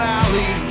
alley